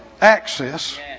access